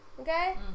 Okay